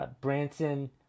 Branson